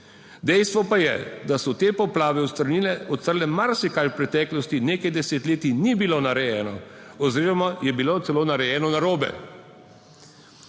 Dejstvo pa je, da so te poplave odstrnile, odstrle marsikaj v preteklosti nekaj desetletij ni bilo narejeno oziroma je bilo celo narejeno narobe.